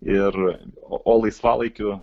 ir o laisvalaikiu